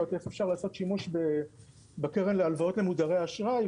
איך אפשר לעשות שימוש בקרן להלוואות למודרי אשראי,